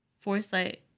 foresight